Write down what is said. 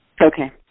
Okay